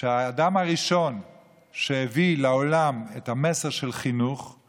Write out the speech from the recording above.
שהאדם הראשון שהביא לעולם את המסר של חינוך היה